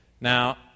Now